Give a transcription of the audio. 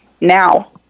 Now